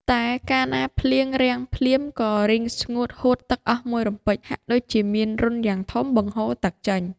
តែកាលណាភ្លៀងរាំងភ្លាម ក៏រីងស្ងួតហួតទឹកអស់មួយរំពេច ហាក់ដូចជាមានរន្ធយ៉ាងធំបង្ហូរទឹកចេញ ។